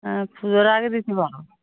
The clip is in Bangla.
আমি পুজোর আগে দিতে পারব না